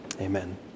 Amen